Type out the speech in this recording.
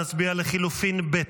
נצביע על לחלופין ב'.